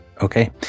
Okay